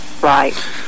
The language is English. Right